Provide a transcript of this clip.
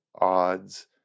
odds